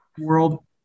world